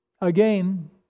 again